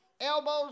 elbows